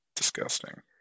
Disgusting